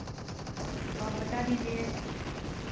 तो आप बता दीजिए